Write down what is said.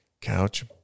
Couch